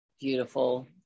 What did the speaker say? Beautiful